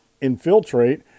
infiltrate